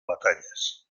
batallas